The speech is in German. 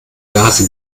gase